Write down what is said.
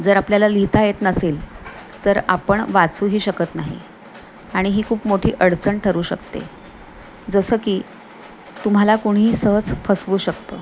जर आपल्याला लिहिता येत नसेल तर आपण वाचूही शकत नाही आणि ही खूप मोठी अडचण ठरू शकते जसं की तुम्हाला कुणीही सहज फसवू शकतं